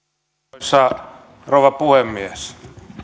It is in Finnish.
arvoisa rouva puhemies